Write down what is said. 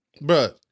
Bro